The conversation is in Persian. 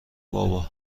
بابا